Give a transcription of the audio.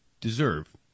deserve